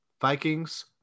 Vikings